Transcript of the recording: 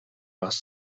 last